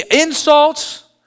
insults